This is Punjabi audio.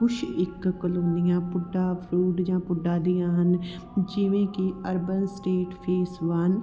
ਕੁਛ ਇੱਕ ਕਲੋਨੀਆਂ ਪੁੱਡਾ ਅਪਰੂਵਡ ਜਾਂ ਪੁੱਡਾ ਦੀਆਂ ਹਨ ਜਿਵੇਂ ਕਿ ਅਰਬਨ ਸਟੇਟ ਫੇਸ ਵੰਨ